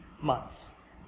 months